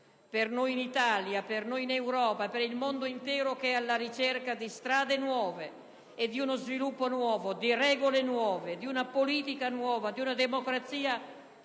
per noi in Italia, in Europa, per il mondo intero che è alla ricerca di strade nuove e di uno sviluppo nuovo, di regole nuove, di una politica nuova, di una democrazia